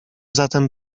zatem